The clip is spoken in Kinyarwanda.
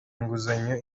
nguzanyo